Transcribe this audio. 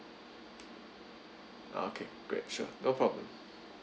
okay great sure no problem